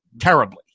terribly